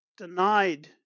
denied